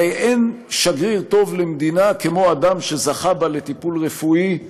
הרי אין שגריר טוב למדינה מאדם שזכה בה לטיפול רפואי,